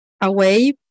away